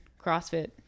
CrossFit